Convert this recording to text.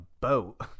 boat